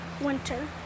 Winter